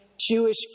Jewish